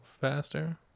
faster